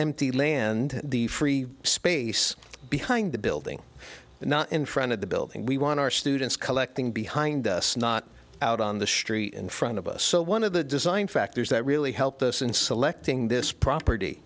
empty land the free space behind the building not in front of the building we want our students collecting behind us not out on the street in front of us so one of the design factors that really helped us in selecting this property